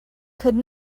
could